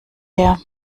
her